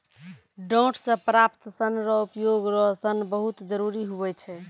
डांट से प्राप्त सन रो उपयोग रो सन बहुत जरुरी हुवै छै